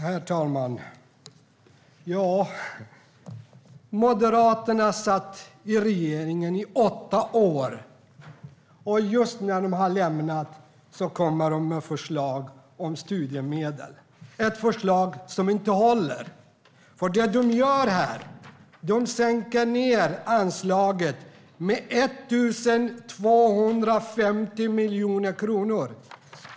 Herr talman! Moderaterna satt i regeringen i åtta år. Just när de har lämnat regeringsmakten kommer de med förslag om studiemedel. Det är ett förslag som inte håller. Det de gör här är att sänka anslaget med 1 250 miljoner kronor.